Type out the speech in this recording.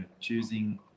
choosing